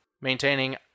maintaining